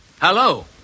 hello